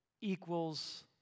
equals